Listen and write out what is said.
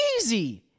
easy